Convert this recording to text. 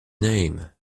name